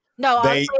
No